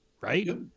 right